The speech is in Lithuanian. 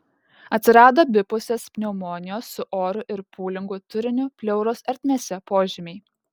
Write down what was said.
atsirado abipusės pneumonijos su oru ir pūlingu turiniu pleuros ertmėse požymiai